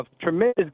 tremendous